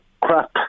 crap